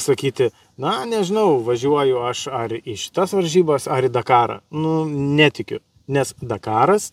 sakyti na nežinau važiuoju aš ar į šitas varžybas ar į dakarą nu netikiu nes dakaras